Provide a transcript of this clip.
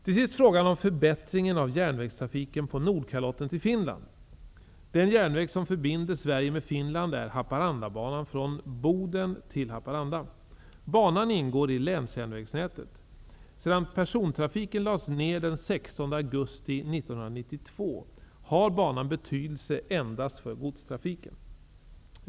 Till sist frågan om förbättringen av järnvägstrafiken på Nordkalotten till Finland. Den järnväg som förbinder Sverige med Finland är Haparandabanan från Boden till Haparanda. Banan ingår i länsjärnvägsnätet. Sedan persontrafiken lades ned den 16 augusti 1992 har banan betydelse endast för godstrafiken.